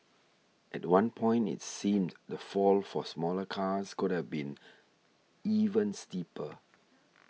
at one point it seemed the fall for smaller cars could have been even steeper